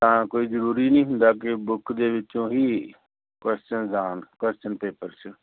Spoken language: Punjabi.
ਤਾਂ ਕੋਈ ਜ਼ਰੂਰੀ ਨਹੀਂ ਹੁੰਦਾ ਕਿ ਬੁੱਕ ਦੇ ਵਿੱਚੋਂ ਹੀ ਕਓਸ਼ਨਸ ਆਉਣ ਕਓਸ਼ਨ ਪੇਪਰ 'ਚ